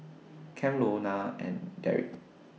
Cam Lona and Derick